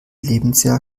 lebensjahr